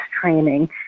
training